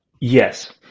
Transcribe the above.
yes